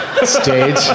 stage